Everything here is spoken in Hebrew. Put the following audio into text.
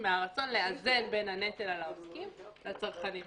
זה מהרצון לאזן בין הנטל על העוסקים לבין הנטל על הצרכנים.